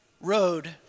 road